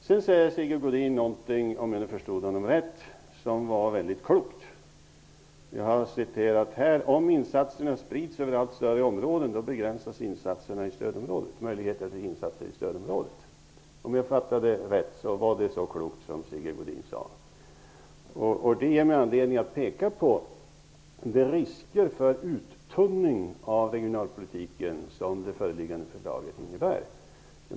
Vidare säger Sigge Godin något som, om jag förstod honom rätt, var mycket klokt: Om insatserna sprids över allt större områden begränsas möjligheterna till insatser i stödområdet. Om jag fattade rätt var det Sigge Godin sade så klokt. Det ger mig anledning att peka på de risker för uttunning av regionalpolitiken som det föreliggande förslaget innebär.